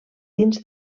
dins